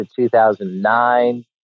2009